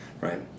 right